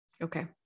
Okay